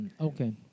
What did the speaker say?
Okay